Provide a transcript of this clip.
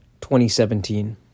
2017